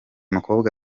mukobwa